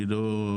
אני לא,